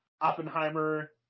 oppenheimer